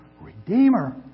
Redeemer